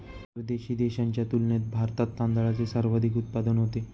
परदेशी देशांच्या तुलनेत भारतात तांदळाचे सर्वाधिक उत्पादन होते